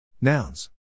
Nouns